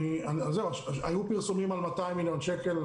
היו פרסומים על 200 מיליון שקל.